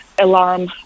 alarm